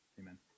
Amen